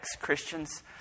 Christians